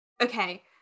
Okay